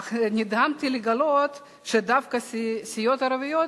אך נדהמתי לגלות שדווקא סיעות ערביות